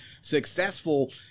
successful